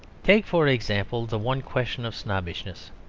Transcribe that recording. take, for example, the one question of snobbishness.